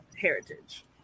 heritage